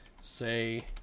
say